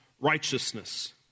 righteousness